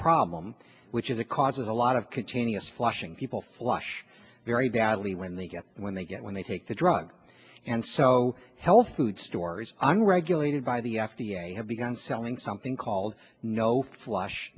problem which is it causes a lot of continuous flushing people flush very badly when they get when they get when they take the drug and so health food stores i'm regulated by the f d a have begun selling something called no flush